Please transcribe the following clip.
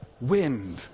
wind